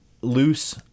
loose